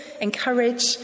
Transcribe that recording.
encourage